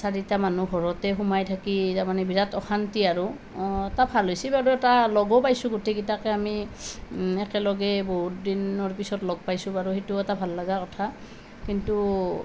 চাৰিটা মানুহ ঘৰতে সোমাই থাকি তাৰমানে বিৰাট অশান্তি আৰু এটা ভাল হৈছে বাৰু এটা লগো পাইছোঁ গোটেই কেইটাকে আমি একেলগে বহুত দিনৰ পিছত লগ পাইছোঁ বাৰু সেইটো এটা ভাল লগা কথা কিন্তু